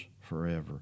forever